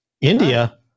India